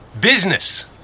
business